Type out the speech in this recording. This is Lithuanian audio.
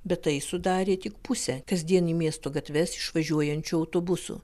bet tai sudarė tik pusę kasdien į miesto gatves išvažiuojančių autobusų